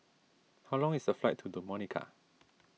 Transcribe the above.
how long is the flight to Dominica